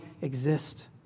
exist